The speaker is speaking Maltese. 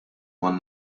man